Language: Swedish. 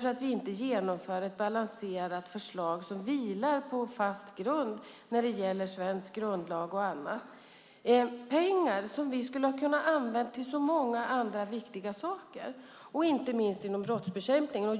för att vi inte genomför ett balanserat förslag som vilar på fast grund vad gäller svensk grundlag och annat. Det är pengar som vi skulle kunna ha använt till många andra viktiga saker, inte minst inom brottsbekämpningen.